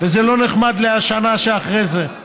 וזה לא נחמד לשנה שאחרי זה,